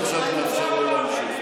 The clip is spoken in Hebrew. ועכשיו נאפשר לו להמשיך.